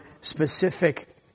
specific